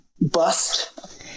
bust